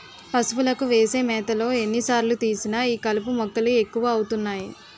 పశువులకు వేసే మేతలో ఎన్ని సార్లు తీసినా ఈ కలుపు మొక్కలు ఎక్కువ అవుతున్నాయి